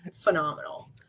phenomenal